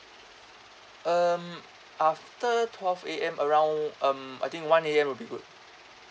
um after twelve A_M around um I think one A_M will be good